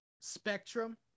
spectrum